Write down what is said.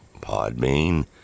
Podbean